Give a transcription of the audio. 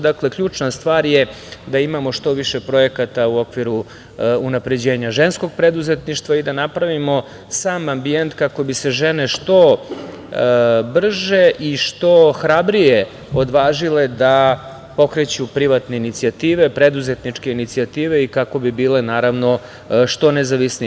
Dakle, ključna stvar je da imamo što više projekata u okviru unapređenja ženskog preduzetništva i da napravimo sam ambijent kako bismo bi se žene brže i što hrabrije odvažile da pokreću privatne inicijative, preduzetničke inicijative i kako bi bile što nezavisnije.